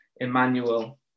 Emmanuel